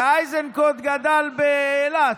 ואיזנקוט גדל באילת.